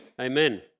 Amen